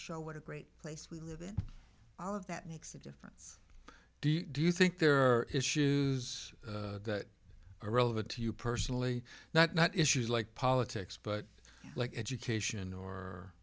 show what a great place we live in all of that makes a difference do you do you think there are issues that are relevant to you personally not not issues like politics but like education